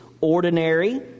ordinary